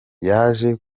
yaje